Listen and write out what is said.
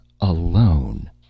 alone